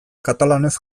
katalanez